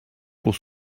pour